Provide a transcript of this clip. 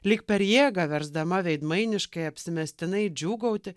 lyg per jėgą versdama veidmainiškai apsimestinai džiūgauti